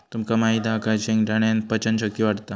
तुमका माहित हा काय शेंगदाण्यान पचन शक्ती वाढता